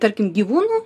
tarkim gyvūnų